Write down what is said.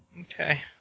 Okay